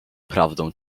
prawdą